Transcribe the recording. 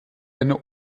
eine